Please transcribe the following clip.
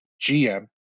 GM